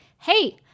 hey